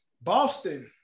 Boston